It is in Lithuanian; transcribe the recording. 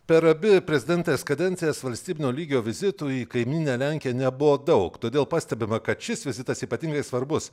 per abi prezidentės kadencijas valstybinio lygio vizitų į kaimyninę lenkiją nebuvo daug todėl pastebima kad šis vizitas ypatingai svarbus